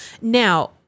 Now